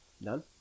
none